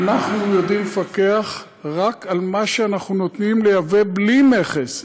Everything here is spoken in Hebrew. אנחנו יודעים לפקח רק על מה שאנחנו נותנים לייבא בלי מכס.